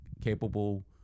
capable